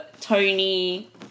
Tony